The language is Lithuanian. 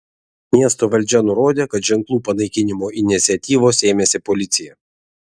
miesto valdžia nurodė kad ženklų panaikinimo iniciatyvos ėmėsi policija